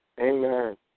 Amen